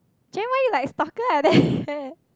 Jen why you like stalker like that